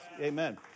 amen